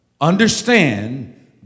Understand